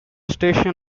station